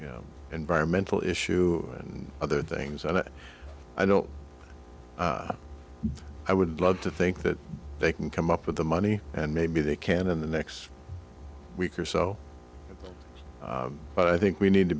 county environmental issue and other things that i don't i would love to think that they can come up with the money and maybe they can in the next week or so but i think we need to